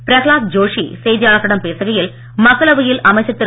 பிரஹ்லாத் ஜோஷி செய்தியாளர்களிடம் பேசுகையில் மக்களவையில் அமைச்சர் திரு